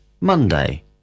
Monday